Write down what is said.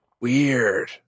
Weird